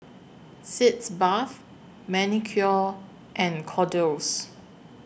Sitz Bath Manicare and Kordel's